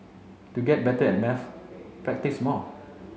to get better at maths practise more